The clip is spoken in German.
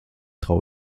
traue